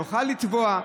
יוכל לתבוע.